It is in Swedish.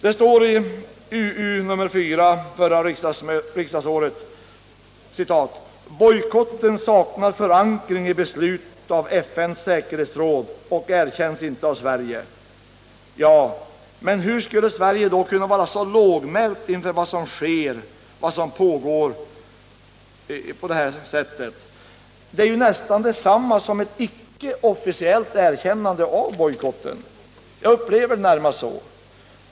Det står i utrikesutskottets betänkande 1977/78:4: ”Bojkotten saknar förankring i beslut av FN:s säkerhetsråd och erkänns inte av Sverige.” Ja, men hur skulle Sverige då kunna vara så lågmält inför vad som pågår? Det vore ju nästan detsamma som ett icke-officiellt erkännande av bojkotten. Jag upplever det närmast så.